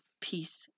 peace